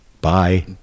Bye